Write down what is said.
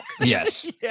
Yes